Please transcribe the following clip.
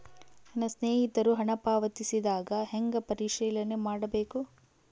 ನನ್ನ ಸ್ನೇಹಿತರು ಹಣ ಪಾವತಿಸಿದಾಗ ಹೆಂಗ ಪರಿಶೇಲನೆ ಮಾಡಬೇಕು?